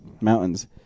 Mountains